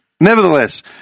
Nevertheless